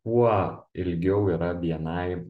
kuo ilgiau yra bni